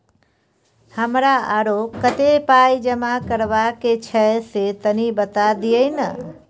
हमरा आरो कत्ते पाई जमा करबा के छै से तनी बता दिय न?